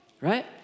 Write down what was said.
right